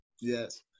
yes